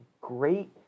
great